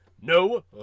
No